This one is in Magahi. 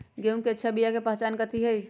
गेंहू के अच्छा बिया के पहचान कथि हई?